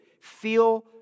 feel